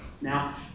now